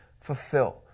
fulfill